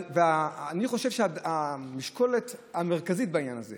אבל אני חושב שהמשקולת המרכזית בעניין הזה